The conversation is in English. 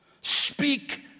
speak